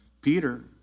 Peter